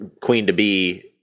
queen-to-be